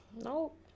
Nope